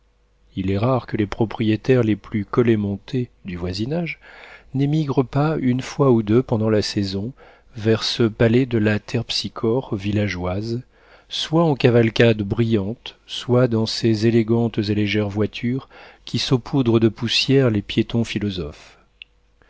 il est rare que les propriétaires les plus collets montés du voisinage n'émigrent pas une fois ou deux pendant la saison vers ce palais de la terpsichore villageoise soit en cavalcades brillantes soit dans ces élégantes et légères voitures qui saupoudrent de poussière les piétons philosophes